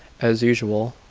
as usual,